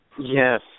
yes